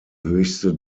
höchste